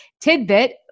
tidbit